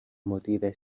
مدیرش